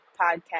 podcast